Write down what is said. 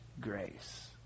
grace